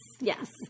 yes